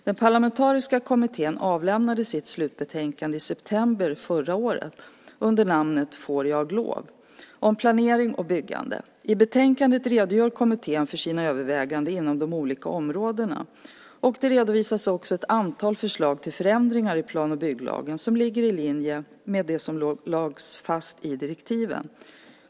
Den parlamentariska kommittén avlämnade sitt slutbetänkande om planering och byggande i september förra året under namnet Får jag lov? I betänkandet redogör kommittén för sina överväganden inom de olika områdena. Det redovisas också ett antal förslag till förändringar i plan och bygglagen som ligger i linje med det som lagts fast i direktiven.